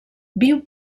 viu